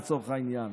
לצורך העניין.